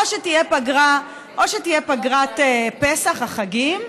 או שתהיה פגרת פסח, החגים,